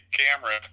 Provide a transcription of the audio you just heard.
camera